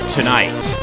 Tonight